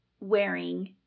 wearing